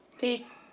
Peace